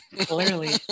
Clearly